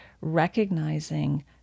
recognizing